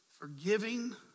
forgiving